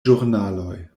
ĵurnaloj